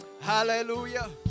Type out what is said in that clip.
Hallelujah